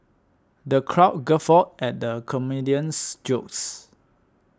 the crowd guffawed at the comedian's jokes